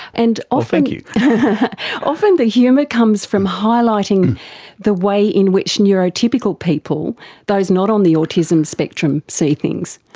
and ah thank you. and often the humour comes from highlighting the way in which neurotypical people those not on the autism spectrum see things.